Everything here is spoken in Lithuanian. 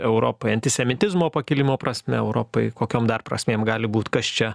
europai antisemitizmo pakilimo prasme europai kokiom dar prasmėm gali būt kas čia